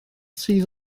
sydd